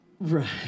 Right